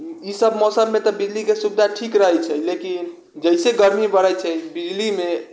ईसब मौसममे तऽ बिजलीके सुविधा ठीक रहै छै लेकिन जइसे गर्मी बढ़ै छै बिजलीमे